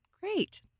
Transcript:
great